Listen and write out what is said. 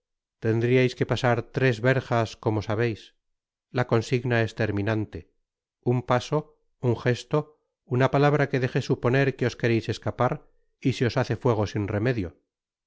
tendriais que pasar tres verjas como sa beis la consigna es terminante un paso unjesto una palabra que deje supon er que os quereis escapar y se os hace fuego sin remedio